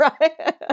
right